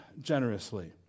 generously